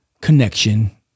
connection